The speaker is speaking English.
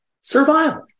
survival